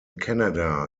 canada